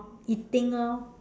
eating orh